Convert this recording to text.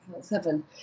seven